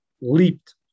leaped